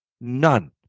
None